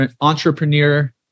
entrepreneur